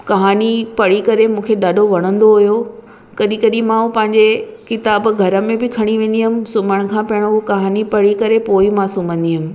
कहाणी पढ़ी करे मूंखे ॾाढो वणंदो हुयो कॾहिं कॾहिं मां हू पंहिंजे किताबु घर में बि खणी वेंदी हुयमि सुम्हणु खां पहिरियों हू कहाणी पढ़ी करे पोइ ई मां सुम्हंदी हुयमि